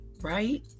right